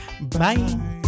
Bye